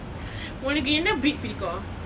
உனக்கு என்ன:unakku enna breed பிடிக்கும்:pidikkum